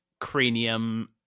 cranium